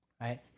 Right